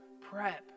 prep